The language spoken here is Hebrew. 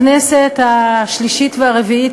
בכנסת השלישית והרביעית,